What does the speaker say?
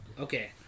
Okay